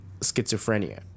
schizophrenia